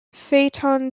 phaeton